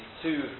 two